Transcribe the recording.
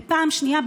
ופעם שנייה,